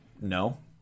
No